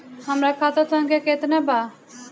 हमरा खाता संख्या केतना बा?